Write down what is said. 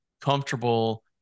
comfortable